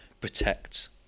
protect